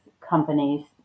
companies